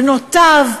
בנותיו,